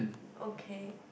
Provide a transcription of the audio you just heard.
okay